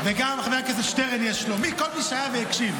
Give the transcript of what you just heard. וגם חבר הכנסת שטרן יש לו, כל מי שהיה והקשיב.